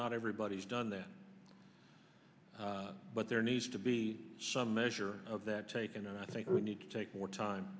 not everybody has done that but there needs to be some measure of that taken and i think we need to take more time